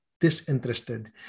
Disinterested